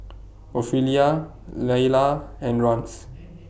Ophelia Leila and Rance